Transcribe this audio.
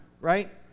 Right